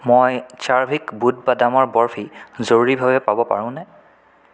মই চাৰ্ভিক বুট বাদামৰ বৰ্ফি জৰুৰীভাৱে পাব পাৰোঁনে